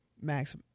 Max